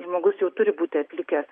žmogus jau turi būti atlikęs